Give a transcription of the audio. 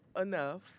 enough